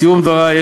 לסיום דברי,